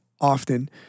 often